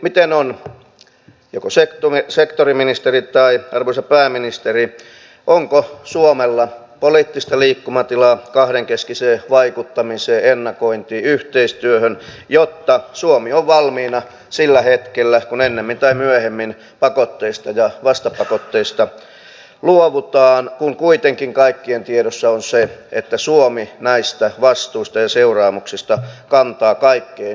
miten on joko sektoriministeri tai arvoisa pääministeri onko suomella poliittista liikkumatilaa kahdenkeskiseen vaikuttamiseen ennakointiin yhteistyöhön jotta suomi on valmiina sillä hetkellä kun ennemmin tai myöhemmin pakotteista ja vastapakotteista luovutaan kun kuitenkin kaikkien tiedossa on se että suomi näistä vastuista ja seuraamuksista kantaa kaikkein kovimman taakan